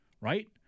right